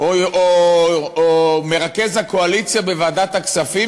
או מרכז הקואליציה בוועדת הכספים,